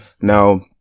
Now